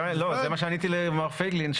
זה מה שעניתי למר פייגלין,